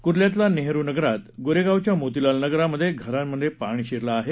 कुर्ल्यातल्या नेहरू नगरात गोरेगावच्या मोतीलाल नगरात घरांमधे पाणी शिरलं आहे